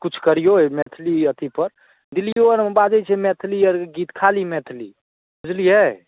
कुछ करियौ एहि मैथिली अथि पर दिल्लियो आओरमे बाजैत छै मैथलिए गीत खाली मैथिली बुझलियै